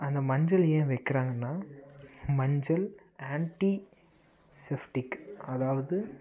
அந்த மஞ்சள் ஏன் வைக்கிறாங்கன்னா மஞ்சள் ஆன்ட்டி செஃப்டிக் அதாவது